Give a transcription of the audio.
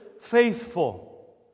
faithful